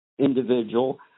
individual